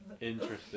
Interesting